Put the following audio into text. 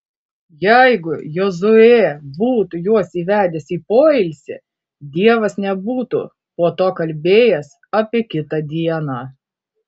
jeigu jozuė būtų juos įvedęs į poilsį dievas nebūtų po to kalbėjęs apie kitą dieną